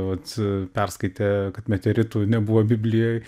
vat perskaitė kad meteoritų nebuvo biblijoj